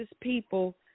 people